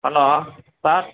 hello sir